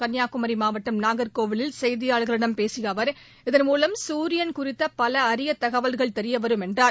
கன்னியாகுமரி மாவட்டம் நாகர்கோவிலில் செய்தியாளர்களிடம் பேசிய அவர் இதன்மூலம் சூரியன் குறித்த பல அரிய தகவல்கள் தெரிய வரும் என்றார்